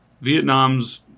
Vietnam's